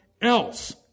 Else